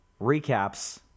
recaps